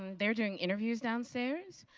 um they're doing interviews downstairs.